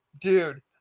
dude